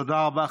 תודה רבה.